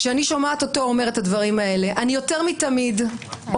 כשאני שומעת אותו אומר את הדברים הללו אני יותר מתמיד אומרת: